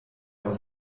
aus